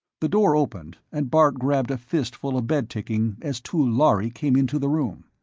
the door opened and bart grabbed a fistful of bed-ticking as two lhari came into the room.